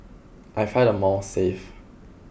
I find the malls safe